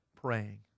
praying